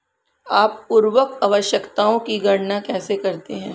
आप उर्वरक आवश्यकताओं की गणना कैसे करते हैं?